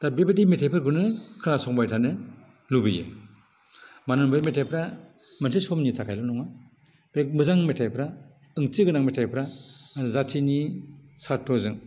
दा बेबायदि मेथाइफोरखौनो खोनासंबाय थानो लुबैयो मानो होनबा बे मेथाइफ्रा मोनसे समनि थाखायल' नङा बे मोजां मेथाइफ्रा ओंथि गोनां मेथाइफ्रा जातिनि सार्थजों